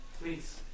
please